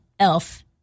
ELF